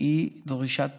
היא דרישה טובה.